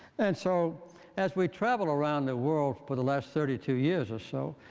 and so as we travel around the world for the last thirty two years or so,